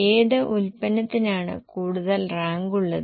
ഏത് ഉൽപ്പന്നത്തിനാണ് കൂടുതൽ റാങ്കുള്ളത്